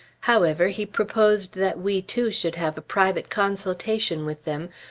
however, he proposed that we two should have a private consultation with them,